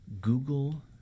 Google